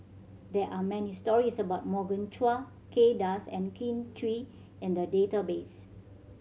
there are many stories about Morgan Chua Kay Das and Kin Chui in the database